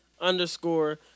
underscore